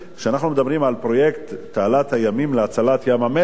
כשאנחנו מדברים על פרויקט תעלת הימים להצלת ים-המלח